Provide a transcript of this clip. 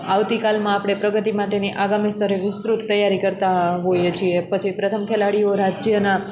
આવતી કાલમાં આપણે પ્રગતિ માટેની આગામી સ્તરે વિસ્તૃત તૈયારી કરતાં હોઈએ છીએ પછી પ્રથમ ખેલાડીઓ રાજ્યના